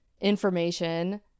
information